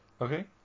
Okay